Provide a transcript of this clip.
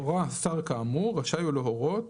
הורה השר כאמור, רשאי הוא להורות